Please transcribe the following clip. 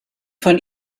von